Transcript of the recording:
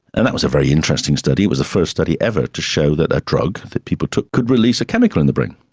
and that was a very interesting study, it was the first study ever to show that a drug that people took could release a chemical in the brain,